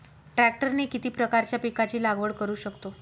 ट्रॅक्टरने किती प्रकारच्या पिकाची लागवड करु शकतो?